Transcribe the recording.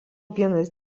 vienas